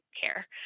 care